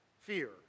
Fear